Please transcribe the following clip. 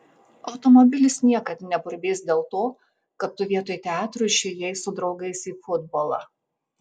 automobilis niekad neburbės dėl to kad tu vietoj teatro išėjai su draugais į futbolą